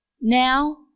Now